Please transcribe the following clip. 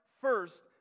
first